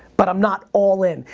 but i'm not all in.